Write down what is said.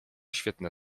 świetne